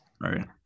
right